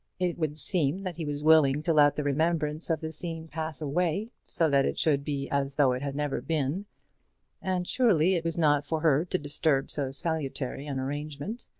it would seem that he was willing to let the remembrance of the scene pass away, so that it should be as though it had never been and surely it was not for her to disturb so salutary an arrangement!